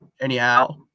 anyhow